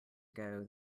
ago